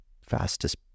fastest